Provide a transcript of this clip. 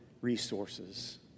resources